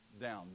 down